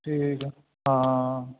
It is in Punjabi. ਠੀਕ ਹੈ ਹਾਂ